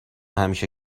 همیشه